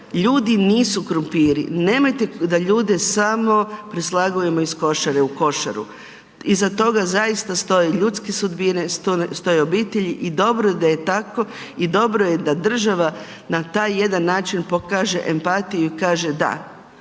ljudi nisu krumpiri, nemojte da ljude samo preslagujemo iz košare u košaru. Iza toga zaista stoje ljudske sudbine, stoje obitelji i dobro da je tako i dobro je da država na taj jedan način pokaže ematiju i kaže da,